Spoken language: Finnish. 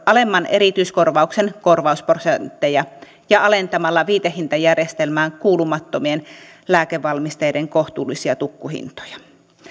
alemman erityiskorvauksen korvausprosentteja ja alentamalla viitehintajärjestelmään kuulumattomien lääkevalmisteiden kohtuullisia tukkuhintoja